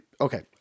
okay